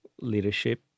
leadership